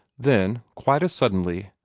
then, quite as suddenly,